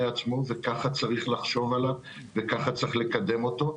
עצמו וכך צריך לחשוב עליו וכך צריך לקדם אותו,